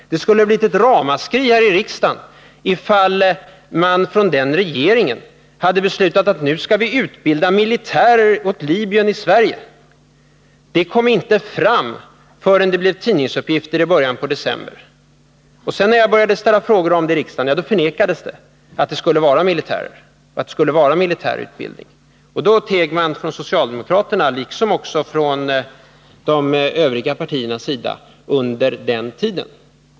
Det skulle ha blivit ett ramaskri här i riksdagen, ifall den dåvarande regeringen hade beslutat att i Sverige utbilda militärer åt Libyen. Detta kom inte fram förrän i tidningsuppgifter i början på december 1979. När jag började ställa frågor om det i riksdagen förnekade man att det skulle vara någon militär utbildning. Under den tiden teg man från socialdemokratiskt håll, liksom från de övriga partiernas sida.